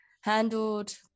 handled